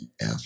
EF